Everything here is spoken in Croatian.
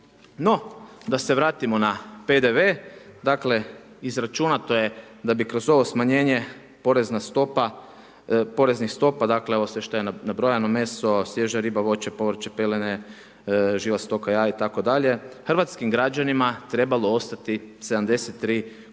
No, da se vratimo na PDV. Dakle, izračunato je da kroz ovo smanjenje poreznih stopa, dakle ovo sve što je nabrojano, meso, svježa riba, voće, povrće, pelene, živa stoka, jaja itd. hrvatskim građanima trebalo ostati 73 kune